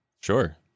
Sure